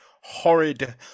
horrid